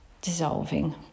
dissolving